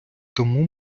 тому